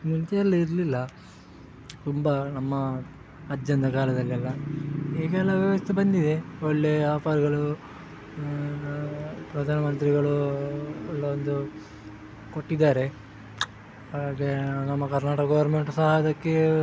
ಮುಂಚೆಯೆಲ್ಲ ಇರಲಿಲ್ಲ ತುಂಬ ನಮ್ಮ ಅಜ್ಜನ ಕಾಲದಲ್ಲೆಲ್ಲ ಈಗೆಲ್ಲ ವ್ಯವಸ್ಥೆ ಬಂದಿದೆ ಒಳ್ಳೆ ಆಫರ್ಗಳು ಪ್ರಧಾನಮಂತ್ರಿಗಳು ಒಳ್ಳೆಯ ಒಂದು ಕೊಟ್ಟಿದ್ದಾರೆ ಹಾಗೆ ನಮ್ಮ ಕರ್ನಾಟಕ ಗೋರ್ಮೆಂಟ್ ಸಹ ಅದಕ್ಕೆ